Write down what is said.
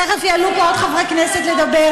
תכף יעלו פה עוד חברי כנסת לדבר.